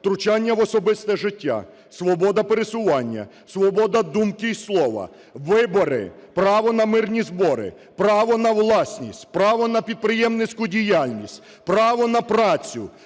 втручання в особисте життя, свобода пересування, свобода думки і слова, вибори, право на мирні збори, право на власність, право на підприємницьку діяльність, право на працю,